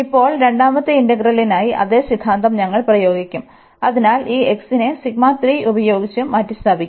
ഇപ്പോൾ രണ്ടാമത്തെ ഇന്റഗ്രലിനായി അതേ സിദ്ധാന്തം ഞങ്ങൾ പ്രയോഗിക്കും അതിനാൽ ഈ x നെ ഉപയോഗിച്ച് മാറ്റിസ്ഥാപിക്കും